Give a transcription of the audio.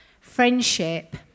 friendship